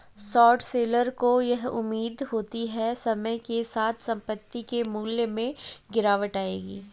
short seller को यह उम्मीद होती है समय के साथ संपत्ति के मूल्य में गिरावट आएगी